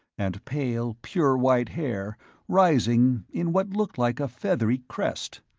and pale, pure-white hair rising in what looked like a feathery crest.